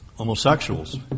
Homosexuals